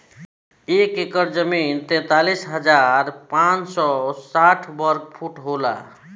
एक एकड़ जमीन तैंतालीस हजार पांच सौ साठ वर्ग फुट होला